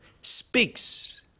speaks